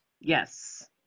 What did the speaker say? Yes